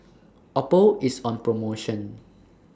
Oppo IS on promotion